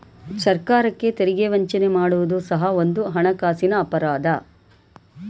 ಸರ್ಕಾರಕ್ಕೆ ತೆರಿಗೆ ವಂಚನೆ ಮಾಡುವುದು ಸಹ ಒಂದು ಹಣಕಾಸಿನ ಅಪರಾಧ